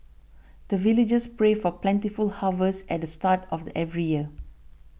the villagers pray for plentiful harvest at the start of every year